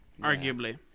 arguably